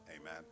Amen